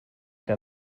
que